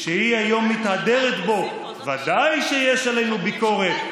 שהיא מתהדרת בו היום: ודאי שיש עלינו ביקורת.